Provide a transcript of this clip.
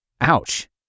Ouch